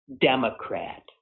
Democrat